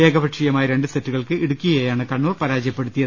ഏകപക്ഷീയമായ രണ്ടു സെറ്റുക ൾക്ക് ഇടുക്കിയെയാണ് കണ്ണൂർ പരാജയപ്പെടുത്തിയത്